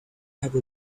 have